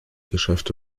geschäfte